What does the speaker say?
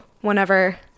Whenever